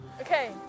Okay